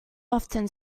often